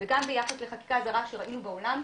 וגם ביחס לחקיקה זרה שראינו בעולם,